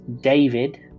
david